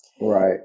Right